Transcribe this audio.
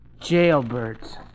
Jailbirds